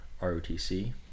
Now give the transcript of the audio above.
ROTC